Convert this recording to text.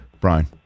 Brian